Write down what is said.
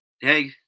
Hey